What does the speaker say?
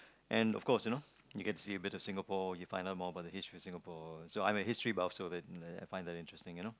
and of course you know you can see a bit of Singapore you can find out more about the history Singapore so I'm a history buff so that uh I find that interesting you know